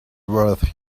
worth